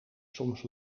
soms